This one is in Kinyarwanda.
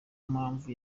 mpamvu